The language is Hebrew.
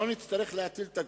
אבל מה שמטריד אותי בקטע